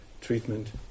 treatment